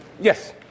Yes